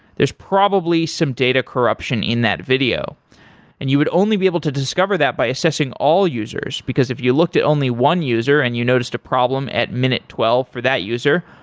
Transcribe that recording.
there's probably some data corruption in that video and you would only be able to discover that by assessing all users, because if you looked at only one user and you noticed a problem at minute twelve for that user,